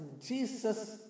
Jesus